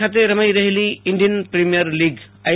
ખાતે રમાઈ રહેલી ઈન્ડિયન પ્રીમિયર લીગ આઇ